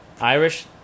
Irish